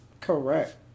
correct